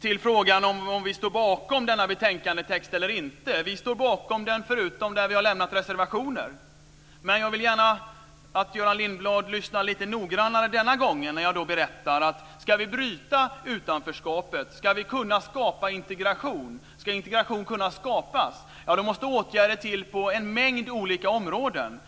till frågan om ifall vi står bakom betänkandetexten eller inte. Vi står bakom den förutom där vi har avgett reservationer. Men jag vill gärna att Göran Lindblad lyssnar lite noggrannare den här gången: Ska vi kunna bryta utanförskapet och ska integration kunna skapas måste åtgärder till på en mängd olika områden.